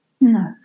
no